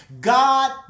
God